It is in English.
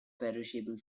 perishable